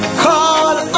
call